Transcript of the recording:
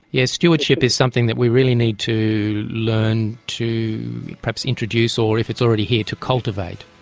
yes, stewardship is something that we really need to learn to perhaps introduce or, if it's already here, to cultivate.